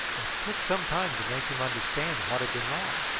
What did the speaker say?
it took some time to make him understand what had been wrong,